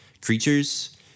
creatures